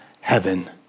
heaven